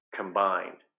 combined